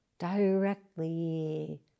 directly